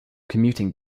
commuting